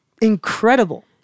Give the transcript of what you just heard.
incredible